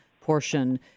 portion